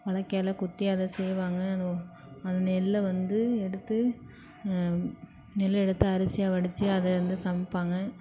உலக்கையால குத்தி அதை செய்வாங்க அந்த நெல்லை வந்து எடுத்து நெல் எடுத்து அரிசியாக வடித்து அதை வந்து சமைப்பாங்க